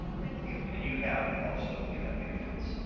thank you. and you have, also, you have three minutes.